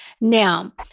Now